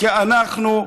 כי אנחנו,